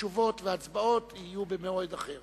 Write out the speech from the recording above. שתשובות והצבעות יהיו במועד אחר.